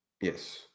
Yes